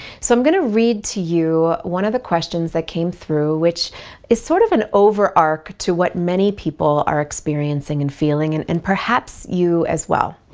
so, i'm going to read to you one of the questions that came through which is sort of an overarch to what many people are experiencing and feeling and and perhaps you as well.